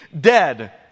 dead